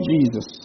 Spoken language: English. Jesus